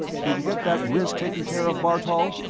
did you get that wrist taken care of, bartol?